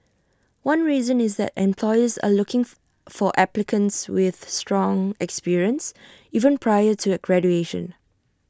one reason is that employers are looking for for applicants with strong experience even prior to graduation